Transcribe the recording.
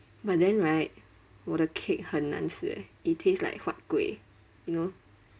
but then right 我的 cake 很难吃 eh it tastes like huat kueh you know